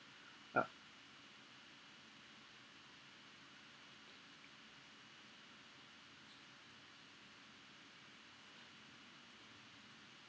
ah